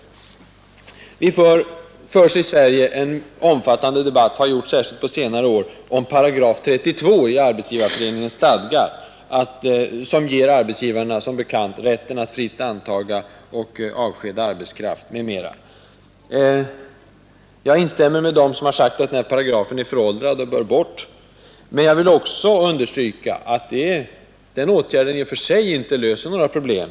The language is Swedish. Lagstiftning mot Det har, särskilt på senare år, i Sverige förts en omfattande debatt om könsdiskriminering § 32 i Arbetsgivareföreningens stadgar, vilken som bekant ger arbetspå arbetsmarknagivarna rätten att fritt antaga och avskeda arbetskraft m.m. Jag den, m.m. instämmer med dem som sagt att denna paragraf är föråldrad och bör avskaffas, men jag vill också understryka att denna åtgärd i och för sig inte löser några problem.